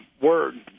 word